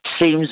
seems